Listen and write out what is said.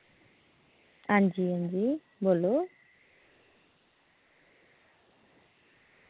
अंजी अंजी बोल्लो